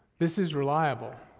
this is reliable.